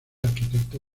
arquitecto